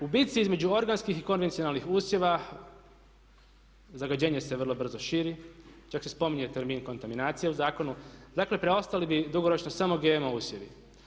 U bitci između organskih i konvencionalnih usjeva zagađenje se vrlo brzo širi, čak se spominje termin kontaminacije u zakonu, dakle preostali bi dugoročno samo GMO usjevi.